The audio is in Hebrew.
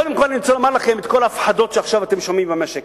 קודם כול אני רוצה לומר לכם: את כל ההפחדות שאתם שומעים עכשיו במשק,